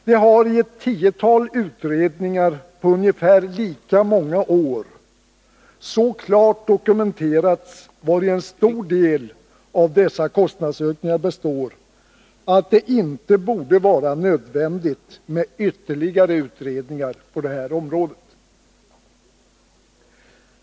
Det har i ett tiotal utredningar på ungefär lika många år så klart dokumenterats vari en stor del av dessa kostnadsökningar består, att det inte borde vara nödvändigt med ytterligare utredningar på detta område.